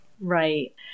Right